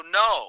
no